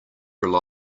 rely